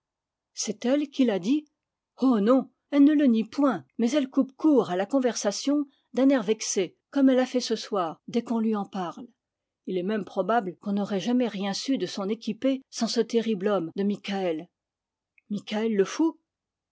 c'est elle qui l'a dit oh non elle ne le nie point mais elle coupe court à la conversation d'un air vexé comme elle a fait ce soir dès qu'on lui en parle il est même probable qu'on n'aurait jamais rien su de son équipée sans ce terrrible homme de mikaël mikaël le fou